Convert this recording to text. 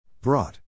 Brought